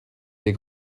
des